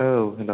औ हेल्ल'